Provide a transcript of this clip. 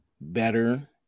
better